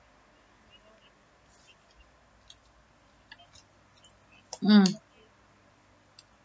mm